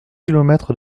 kilomètres